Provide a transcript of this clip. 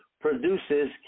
produces